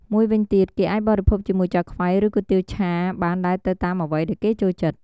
មួយវិញទៀតគេអាចបរិភោគជាមួយឆាខ្វៃ ឬគុយទាវឆា បានដែរទៅតាមអ្វីដែរគេចូលចិត្ត។